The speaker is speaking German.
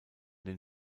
den